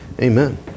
Amen